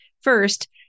First